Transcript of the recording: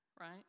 Right